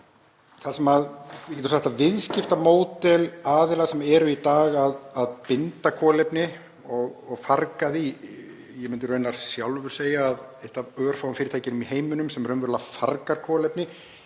spurninguna. Viðskiptamódel aðila sem eru í dag að binda kolefni og farga því — ég myndi raunar sjálfur segja að eitt af örfáum fyrirtækjum í heiminum sem raunverulega fargar kolefni,